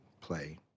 play